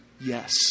Yes